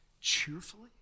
cheerfully